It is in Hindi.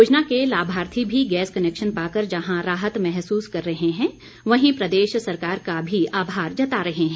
योजना के लाभार्थी भी गैस कनेक्शन पाकर जहां राहत महसूस कर रहे हैं वहीं प्रदेश सरकार का भी आभार जता रहे हैं